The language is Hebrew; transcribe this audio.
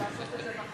אבל לעשות את זה נכון,